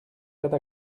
prête